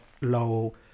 low